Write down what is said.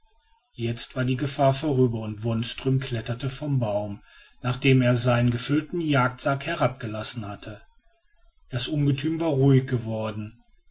jetzt war jede gefahr vorüber und wonström kletterte vom baume nachdem er seinen gefüllten jagdsack herabgelassen hatte das ungetüm war ruhig geworden